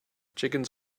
chickens